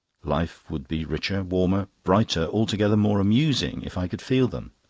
life would be richer, warmer, brighter, altogether more amusing, if i could feel them.